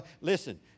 Listen